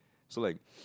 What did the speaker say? so like